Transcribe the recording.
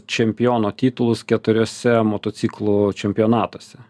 čempiono titulus keturiuose motociklų čempionatuose